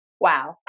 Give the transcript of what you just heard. wow